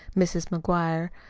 mrs. mcguire,